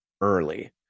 early